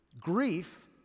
Grief